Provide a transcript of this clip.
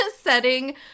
setting